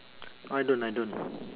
I don't I don't